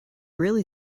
really